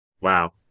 Wow